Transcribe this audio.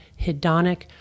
hedonic